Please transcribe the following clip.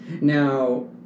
Now